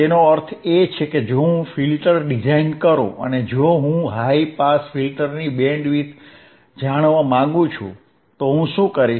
તેનો અર્થ એ છે કે જો હું ફિલ્ટર ડિઝાઇન કરું અને જો હું હાઇ પાસ ફિલ્ટરની બેન્ડવિડ્થ જાણવા માંગુ તો હું શું કરીશ